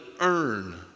earn